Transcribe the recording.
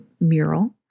mural